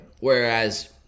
Whereas